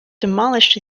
demolished